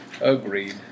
Agreed